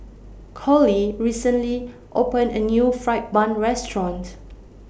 Collie recently opened A New Fried Bun restaurants